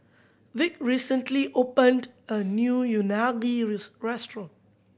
Vick recently opened a new Unagi restaurant